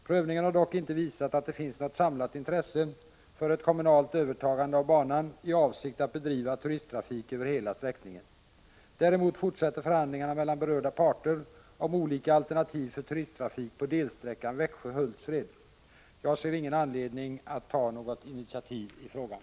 Prövningen har dock inte visat att det finns något samlat intresse för ett kommunalt övertagande av banan i avsikt att bedriva turisttrafik över hela sträckningen. Däremot fortsätter förhandlingarna mellan berörda parter om olika alternativ för turisttrafik på delsträckan Växjö-Hultsfred. Jag ser ingen anledning att ta något initiativ i frågan.